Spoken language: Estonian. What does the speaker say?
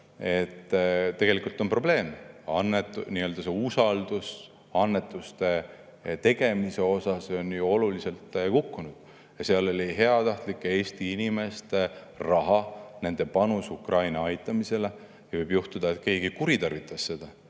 ütles, see on probleem. Usaldus annetuste tegemise vastu on oluliselt kukkunud. Seal oli heatahtlike Eesti inimeste raha, nende panus Ukraina aitamisse, ja võis juhtuda, et keegi kuritarvitas seda.